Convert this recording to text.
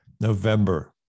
November